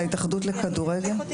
האם זו ההתאחדות לכדורגל?